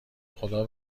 خدا